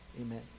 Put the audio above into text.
amen